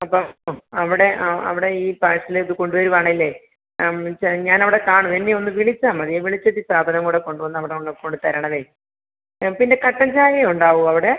അപ്പം അവിടെ ആ അവിടെ ഈ പാഴ്സല് ഇത് കൊണ്ട് വരുവാണെങ്കിലേ ആ വിളിച്ചാൽ ഞാൻ അവിടെ കാണും എന്നെ ഒന്ന് വിളിച്ചാൽ മതി വിളിച്ചിട്ട് ഈ സാധനം കൂടെ കൊണ്ട് വന്ന് അവിടെ വന്ന് കൊണ്ട് തരണവേ പിന്നെ കട്ടൻ ചായ ഉണ്ടാവുമോ അവിടെ